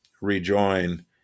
Rejoin